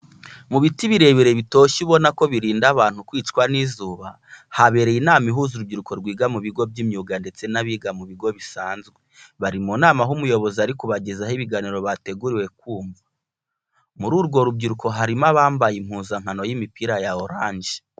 Mu biti birebire bitoshye ubona ko birinda abantu kwicwa n'izuba, habereye inama ihuza urubyiruko rwiga mu bigo by'imyuga ndetse n'abiga mu bigo bisanzwe. Bari mu nama aho umuyobozi ari kubagezaho ibiganiro bateguriwe kumva. Muri urwo rubyiruko harimo abambaye impuzankano y'imipira ya oranje.